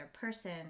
person